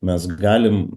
mes galim